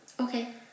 Okay